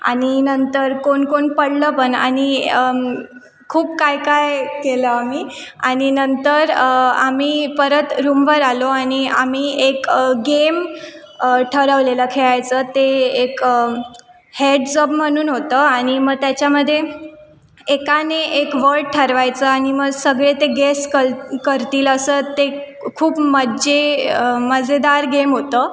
आणि नंतर कोण कोण पडलं पण आणि खूप काय काय केलं आम्ही आणि नंतर आम्ही परत रूमवर आलो आणि आम्ही एक गेम ठरवलेला खेळायचं ते एक हेड्स अप म्हणून होतं आणि मग त्याच्यामध्ये एकाने एक वर्ड ठरवायचा आणि मग सगळे ते गेस कल करतील असं ते खूप म्हणजे मजेदार गेम होतं